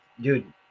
dude